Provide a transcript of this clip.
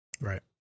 Right